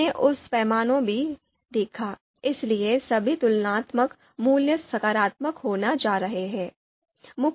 हमने उस पैमाने को भी देखा इसलिए सभी तुलनात्मक मूल्य सकारात्मक होने जा रहे हैं